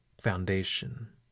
foundation